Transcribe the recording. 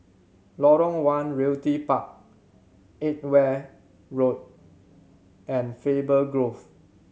Lorong One Realty Park Edgware Road and Faber Grove